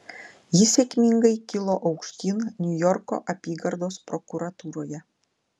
ji sėkmingai kilo aukštyn niujorko apygardos prokuratūroje